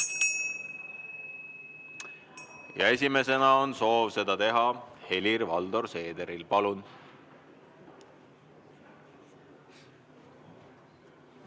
Esimesena on soov seda teha Helir-Valdor Seederil. Palun!